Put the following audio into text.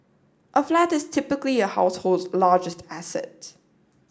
a flat is typically a household's largest asset